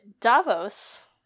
Davos